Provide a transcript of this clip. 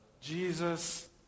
Jesus